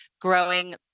growing